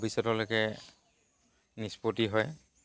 ভৱিষ্যতলৈকে নিষ্পত্তি হয়